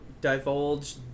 divulge